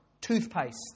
toothpaste